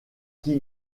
qui